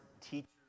teachers